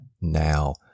now